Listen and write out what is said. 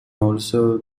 also